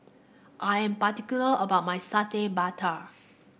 I am particular about my Satay Babat